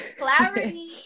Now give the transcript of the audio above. Clarity